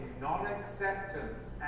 non-acceptance